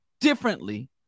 differently